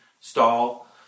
stall